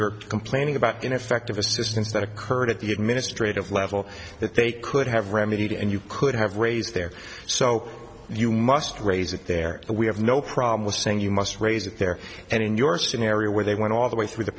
you're complaining about ineffective assistance that occurred at the administrative level that they could have remedied and you could have raised there so you must raise it there we have no problem with saying you must raise it there and in your scenario where they went all the way through the